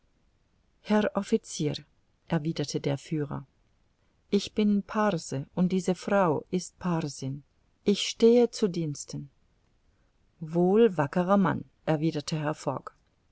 herr officier erwiderte der führer ich bin parse und diese frau ist parsin ich stehe zu diensten wohl wackerer mann erwiderte